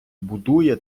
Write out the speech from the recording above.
будує